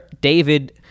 David